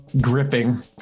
gripping